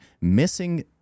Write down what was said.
missing